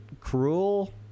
cruel